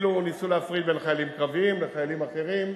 ואפילו ניסו להפריד בין חיילים קרביים לחיילים אחרים.